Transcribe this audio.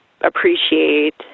appreciate